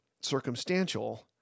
circumstantial